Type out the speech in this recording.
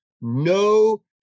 no